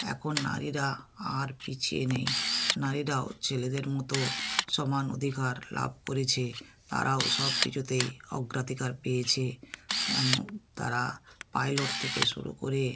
এখন নারীরা আর পিছিয়ে নেই নারীরাও ছেলেদের মতো সমান অধিকার লাভ করেছে তারাও সব কিছুতে অগ্রাধিকার পেয়েছে তারা পাইলট থেকে শুরু করে